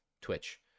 Twitch